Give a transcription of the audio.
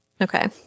Okay